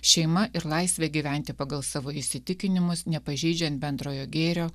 šeima ir laisvė gyventi pagal savo įsitikinimus nepažeidžiant bendrojo gėrio